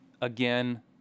again